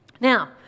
Now